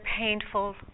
painful